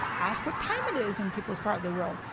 ask what time it is in people's part of the world.